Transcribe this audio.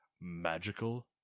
Magical